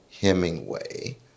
Hemingway